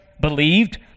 believed